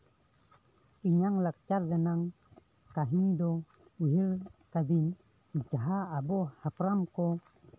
ᱤᱧᱟᱹᱜ ᱞᱟᱠᱪᱟᱨ ᱨᱮᱱᱟᱝ ᱠᱟᱹᱦᱱᱤ ᱫᱚ ᱩᱭᱦᱟᱹᱨ ᱠᱟᱫᱤᱧ ᱡᱟᱦᱟᱸ ᱟᱵᱚ ᱦᱟᱯᱲᱟᱢ ᱠᱚ